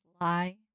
lie